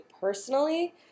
personally